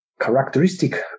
characteristic